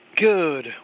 good